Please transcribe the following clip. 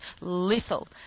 lethal